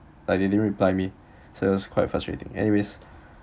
but they didn't reply me so it was quite frustrating anyways